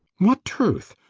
what truth!